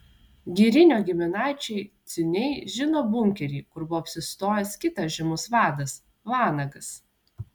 girinio giminaičiai ciuniai žino bunkerį kur buvo apsistojęs kitas žymus vadas vanagas